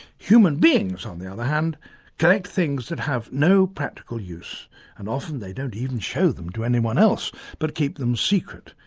human beings on the other hand collect things that have no practical use and often they don't even show them to anyone else but keep them secret,